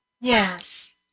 Yes